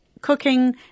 cooking